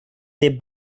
they